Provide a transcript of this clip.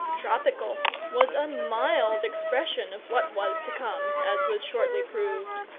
tropical was a mild expression of what was to come, as was shortly proved.